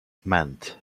meant